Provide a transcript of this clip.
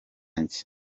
nge